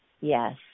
Yes